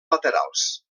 laterals